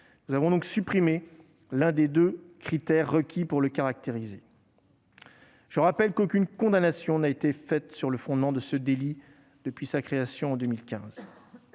en supprimant un des deux critères requis pour le caractériser. Je rappelle qu'aucune condamnation n'a été prononcée sur le fondement de ce délit depuis sa création en 2015.